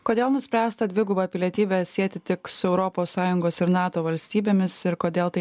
kodėl nuspręsta dvigubą pilietybę sieti tik su europos sąjungos ir nato valstybėmis ir kodėl tai